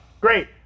great